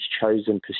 chosen